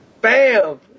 Bam